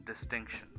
distinction